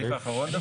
הסעיף האחרון.